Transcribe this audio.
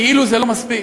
כאילו זה לא מספיק.